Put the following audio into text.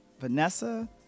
Vanessa